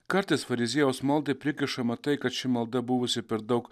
kartais fariziejaus maldą prikišama tai kad ši malda buvusi per daug